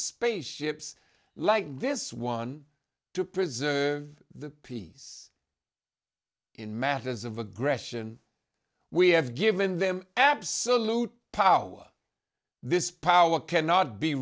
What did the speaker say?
space ships like this one to preserve the peace in matters of aggression we have given them absolute power this power cannot be